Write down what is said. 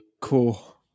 Cool